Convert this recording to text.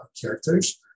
characters